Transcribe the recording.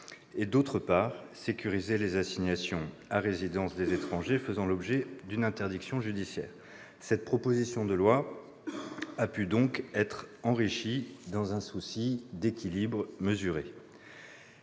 et, d'autre part, sécuriser les assignations à résidence des étrangers faisant l'objet d'une interdiction judiciaire. Cette proposition de loi a donc été enrichie dans un souci d'équilibre mesuré.